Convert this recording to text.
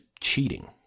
cheating